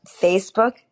Facebook